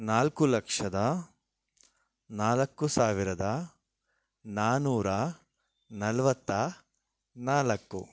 ನಾಲ್ಕು ಲಕ್ಷದ ನಾಲ್ಕು ಸಾವಿರದ ನಾನೂರ ನಲ್ವತ್ತ ನಾಲ್ಕು